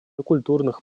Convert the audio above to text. культурных